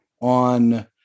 on